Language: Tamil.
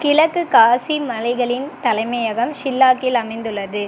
கிழக்கு காசி மலைகளின் தலைமையகம் ஷில்லாங்கில் அமைந்துள்ளது